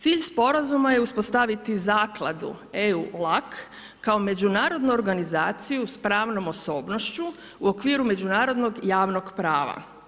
Cilj sporazuma je uspostaviti zakladu EU-LAC kao međunarodnu organizaciju sa pravnom osobnošću u okviru međunarodnog i javnog prava.